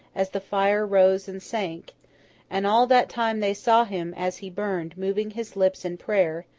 as the fire rose and sank and all that time they saw him, as he burned, moving his lips in prayer,